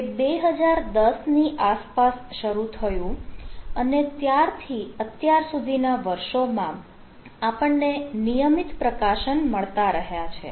તે 2010 ની આસપાસ શરૂ થયું અને ત્યારથી અત્યાર સુધીના વર્ષોમાં આપણને નિયમિત પ્રકાશન મળતા રહ્યા છે